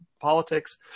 politics